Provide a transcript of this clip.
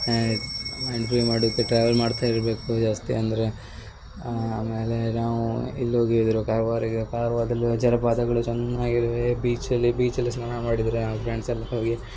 mind free ಮಾಡೋಕ್ಕೆ travel ಮಾಡ್ತಾ ಇರಬೇಕು ಜಾಸ್ತಿ ಅಂದರೆ ಆಮೇಲೆ ನಾವು ಇಲ್ಲಿ ಹೋಗಿದ್ರು ಕಾರ್ವಾರಿಗೆ ಕಾರ್ವಾರ್ದಲ್ಲು ಜಲಪಾತಗಳು ಚೆನ್ನಾಗಿವೆ ಬೀಚ್ ಅಲ್ಲಿ ಬೀಚಲ್ಲಿ ಸ್ನಾನ ಮಾಡಿದರೆ ನಾವು ಫ್ರೆಂಡ್ಸ್ ಎಲ್ಲ ಹೋಗಿ